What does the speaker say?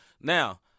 Now